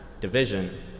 division